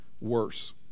worse